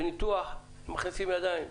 בניתוח מכניסים ידיים,